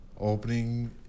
Opening